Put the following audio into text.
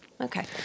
Okay